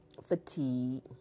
fatigue